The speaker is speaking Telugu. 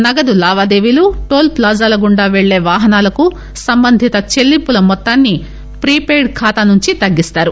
నగదు లావాదేవీలు టోల్ ఫ్లాజాల గుండా పెళ్లే వాహనాలకు సంబంధిత చెల్లింపుల మొత్తాన్ని ప్రీ పేయిడ్ ఖాతా నుంచి తగ్గిస్తారు